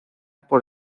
por